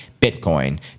Bitcoin